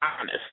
honest